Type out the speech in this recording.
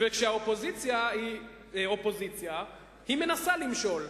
וכשהאופוזיציה היא אופוזיציה, היא מנסה למשול.